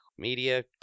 media